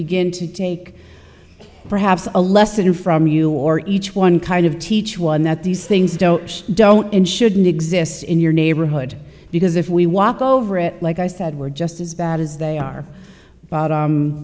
begin to take perhaps a lesson from you or each one kind of teach one that these things don't and shouldn't exist in your neighborhood because if we walk over it like i said we're just as bad as they are